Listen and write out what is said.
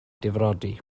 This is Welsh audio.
difrodi